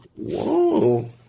Whoa